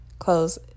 Close